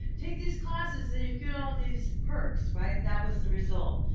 take these classes. then you get all these perks, right? that was the result.